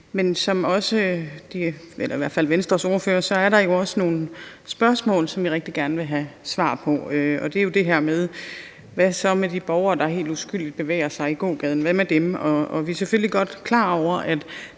Som Venstres ordfører sagde, er der jo også nogle spørgsmål, som vi rigtig gerne vil have svar på, og det er bl.a. det her med de borgere, der helt uskyldigt bevæger sig i gågaden. Hvad med dem? Vi er selvfølgelig godt klar over, at